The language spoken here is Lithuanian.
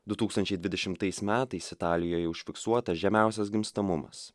du tūkstančiai dvidešimtais metais italijoje užfiksuotas žemiausias gimstamumas